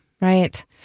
Right